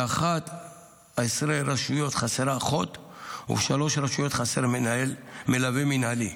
ב-11 רשויות חסרה אחות ובשלוש רשויות חסר מנהל מלווה מינהלי,